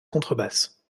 contrebasse